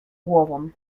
głową